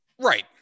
Right